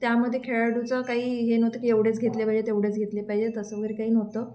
त्यामध्ये खेळाडूचं काही हे नव्हतं की एवढेच घेतले पाहिजे तेवढेच घेतले पाहिजे तसं वगैरे काही नव्हतं